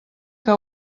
que